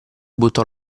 buttò